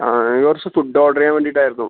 ആ എനിക്ക് കുറച്ച് ഫുഡ് ഓഡർ ചെയ്യാൻ വേണ്ടീട്ടായിരുന്നു